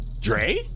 Dre